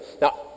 now